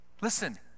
Listen